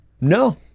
No